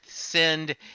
send